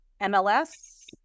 MLS